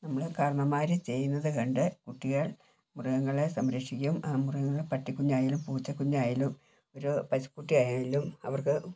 നമ്മൾകാരണവന്മാർ ചെയ്യുന്നത് കണ്ട് കുട്ടികൾ മൃഗങ്ങളെ സംരക്ഷിക്കും മൃഗങ്ങളെ പട്ടികുഞ്ഞായാലും പൂച്ചകുഞ്ഞായാലും ഒരു പശുക്കുട്ടി ആയാലും അവർക്ക്